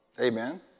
amen